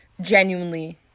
genuinely